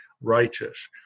righteous